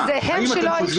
אה, זה הם שלא הפשירו?